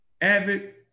avid